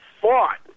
fought